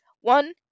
One